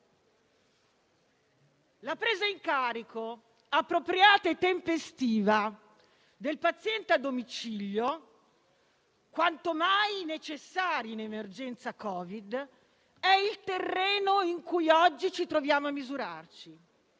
La presa in carico appropriata e tempestiva del paziente a domicilio, quanto mai necessaria in emergenza Covid, è il terreno in cui oggi ci troviamo a misurarci.